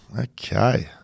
okay